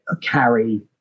carry